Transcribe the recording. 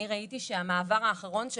אני ראיתי שהמעבר האחרון,